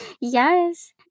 Yes